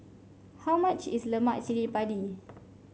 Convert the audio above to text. how much is Lemak Cili Padi